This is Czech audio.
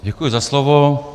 Děkuji za slovo.